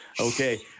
Okay